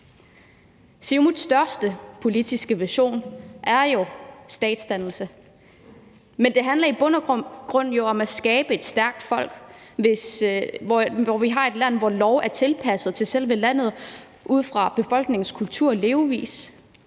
Siumuts største politiske vision er jo statsdannelse, men det handler i bund og grund om at skabe et stærkt folk og om, at vi har et land, hvor loven er tilpasset selve landet ud fra befolkningens kultur og levevis.